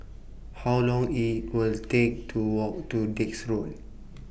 How Long IT Will Take to Walk to Dix Road